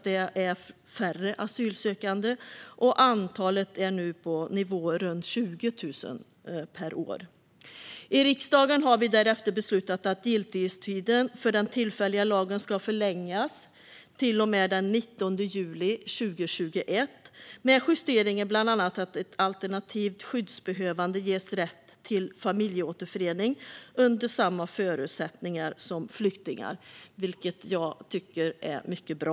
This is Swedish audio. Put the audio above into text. Det är färre asylsökande - det ligger nu på nivåer runt 20 000 per år. I riksdagen har vi därefter beslutat att giltighetstiden för den tillfälliga lagen ska förlängas till och med den 19 juli 2021, med bland annat justeringen att alternativt skyddsbehövande ges rätt till familjeåterförening under samma förutsättningar som flyktingar, vilket jag tycker är mycket bra.